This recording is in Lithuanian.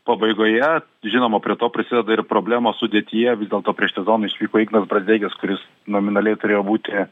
pabaigoje žinoma prie to prisideda ir problemos sudėtyje vis dėlto prieš sezoną išvyko ignas brazdeikis kuris nominaliai turėjo būti